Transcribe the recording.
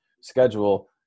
schedule